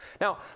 Now